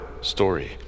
story